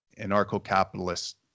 anarcho-capitalist